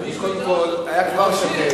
מישהו הטעה אותו.